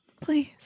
please